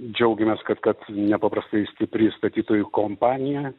džiaugiamės kad kad nepaprastai stipri statytojų kompanija